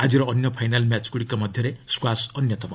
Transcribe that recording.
ଆଜିର ଅନ୍ୟ ଫାଇନାଲ୍ ମ୍ୟାଚ୍ଗୁଡ଼ିକ ମଧ୍ୟରେ ସ୍କ୍ରାସ୍ ଅନ୍ୟତମ